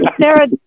Sarah